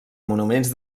monuments